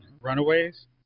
Runaways